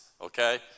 okay